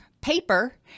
paper